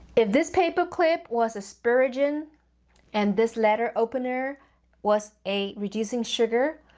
if this paper clip was asparagine, and and this letter opener was a reducing sugar,